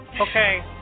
Okay